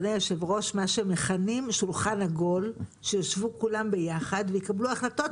מה שמכנים 'שולחן עגול' שיישבו כולם ביחד ויקבלו החלטות,